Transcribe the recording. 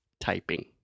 Typing